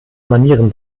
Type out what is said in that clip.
manieren